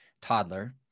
toddler